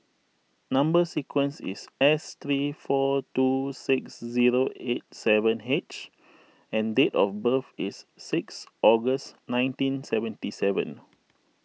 Number Sequence is S three four two six zero eight seven H and date of birth is six August nineteen seventy seven